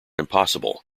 impossible